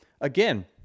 again